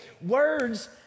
words